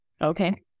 Okay